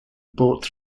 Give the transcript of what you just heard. brought